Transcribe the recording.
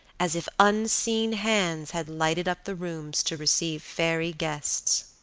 as if unseen hands had lighted up the rooms to receive fairy guests.